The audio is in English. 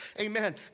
Amen